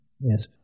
Yes